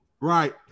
right